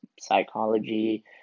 psychology